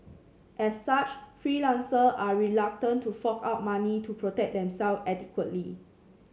as such freelancers are reluctant to fork out money to protect themselves adequately